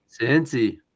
Cincy